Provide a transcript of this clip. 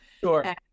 Sure